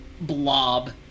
blob